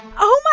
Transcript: oh, my.